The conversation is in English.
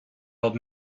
old